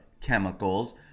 chemicals